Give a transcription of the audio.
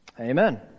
amen